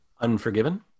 Unforgiven